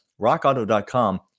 RockAuto.com